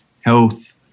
health